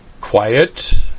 Quiet